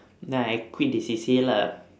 then I quit the C_C_A lah